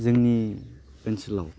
जोंनि ओनसोलाव